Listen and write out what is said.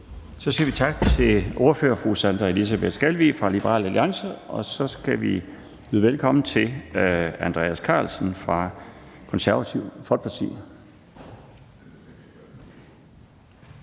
Så siger vi tak til ordføreren fru Sandra Elisabeth Skalvig fra Liberal Alliance. Så skal vi byde velkommen til Andreas Karlsen fra Det Konservative Folkeparti.